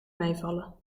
meevallen